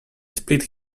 split